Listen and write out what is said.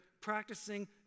practicing